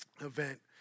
event